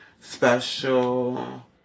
Special